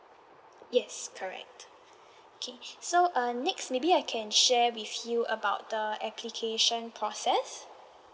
yes correct okay so uh next maybe I can share with you about the application process